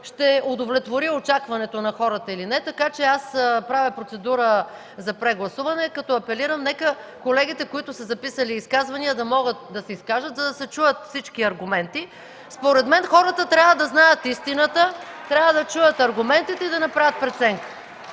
ще удовлетвори очакването на хората или не. Правя процедура за прегласуване като апелирам: нека колегите, които са записали изказвания, да могат да се изкажат, за да се чуят всички аргументи. (Ръкопляскания от ГЕРБ.) Според мен хората трябва да знаят истината, трябва да чуят аргументите и да направят преценка.